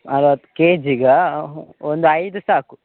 ಅಲ್ಲ ಅದು ಕೆಜಿಗಾ ಒಂದು ಐದು ಸಾಕು